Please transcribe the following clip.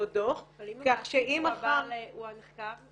דוח כך שאם מחר ----- הוא הנחקר,